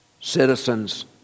citizens